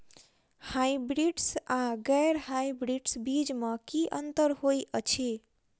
Hybrids आ गैर hybrids बीज म की अंतर होइ अछि?